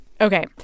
Okay